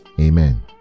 Amen